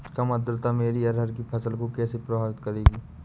कम आर्द्रता मेरी अरहर की फसल को कैसे प्रभावित करेगी?